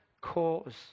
cause